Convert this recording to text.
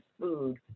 food